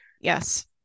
Yes